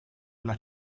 alla